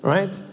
Right